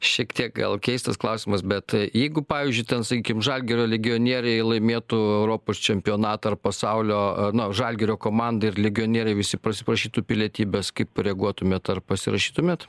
šiek tiek gal keistas klausimas bet jeigu pavyzdžiui ten sakykim žalgirio legionieriai laimėtų europos čempionatą ar pasaulio a nu žalgirio komandą ir legionieriai visi prasiprašytų pilietybės kaip reaguotumėt ar pasirašytumėt